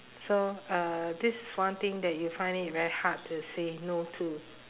so uh this is one thing you find it very hard to say no to